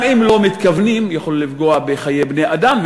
גם אם לא מתכוונים לפגוע בחיי בני-אדם,